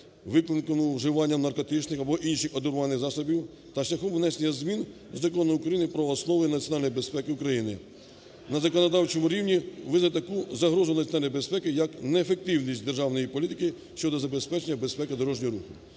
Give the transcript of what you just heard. викликаному вживанням наркотичних або інших одурманюючих засобів" та шляхом внесення змін у Закони України "Про основи національної безпеки України", на законодавчому рівні визнати таку загрозу національної безпеки як неефективність державної політики щодо забезпечення безпеки дорожнього руху.